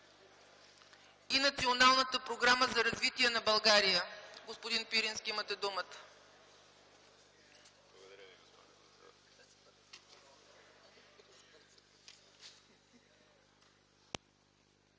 и Националната програма за развитие на България. Господин Пирински, имате думата.